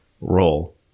role